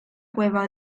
cueva